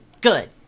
good